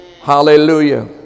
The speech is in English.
Hallelujah